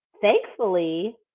thankfully